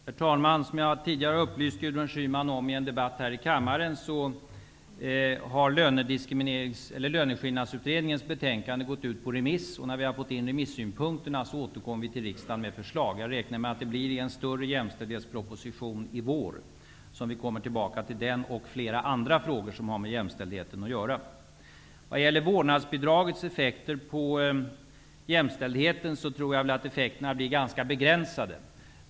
Herr talman! Såsom jag tidigare i en debatt här i kammaren har upplyst Gudrun Schyman om, har Löneskillnadsutredningens betänkande sänts ut på remiss. När vi har fått remissynpunkterna återkommer vi till riksdagen med förslag. Jag räknar med att vi i en större jämställdhetsproposition i vår kommer tillbaka till den frågan och till andra frågor som har med jämställdheten att göra. Vårdnadsbidragets effekter på jämställdheten blir säkerligen ganska begränsade.